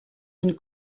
une